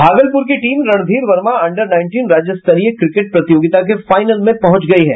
भागलपुर की team Randhir Varma under nineteen राज्य स्तरीय क्रिकेट प्रतियोगिता के फाइनल में पहुंच गयी है